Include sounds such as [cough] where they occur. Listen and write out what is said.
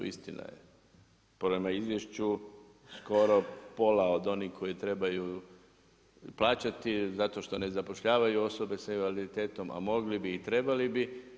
Istina je … [unintelligible] izvješću skoro pola od onih koji trebaju plaćati zato što ne zapošljavaju osobe s invaliditetom, a mogli bi i trebali bi.